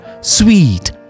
sweet